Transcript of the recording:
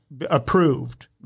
approved